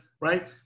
right